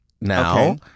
now